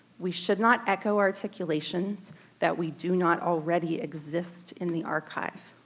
we should not echo articulations that we do not already exist in the archive.